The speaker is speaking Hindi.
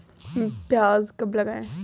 प्याज कब लगाएँ?